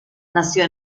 nació